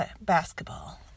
basketball